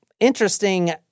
Interesting